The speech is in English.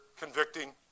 convicting